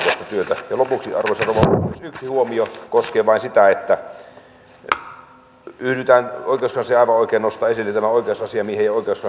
ja lopuksi arvoisa rouva puhemies yksi huomio koskee vain sitä että oikeuskansleri aivan oikein nostaa esille tämän oikeusasiamiehen ja oikeuskanslerin työnjaon